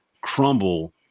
crumble